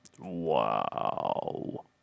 Wow